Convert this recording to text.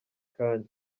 kanya